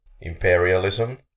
Imperialism